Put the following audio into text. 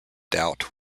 doubt